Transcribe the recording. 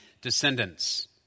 descendants